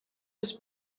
was